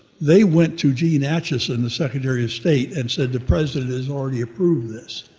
they went to dean acheson, the secretary of state, and said the president has already approved this.